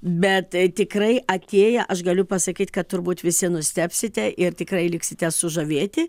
bet tikrai atėję aš galiu pasakyt kad turbūt visi nustebsite ir tikrai liksite sužavėti